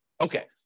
Okay